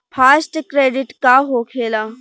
Fast credit का होखेला?